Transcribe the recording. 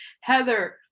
heather